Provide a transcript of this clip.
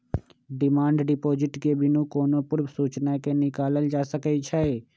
demand deposit के बिनु कोनो पूर्व सूचना के निकालल जा सकइ छै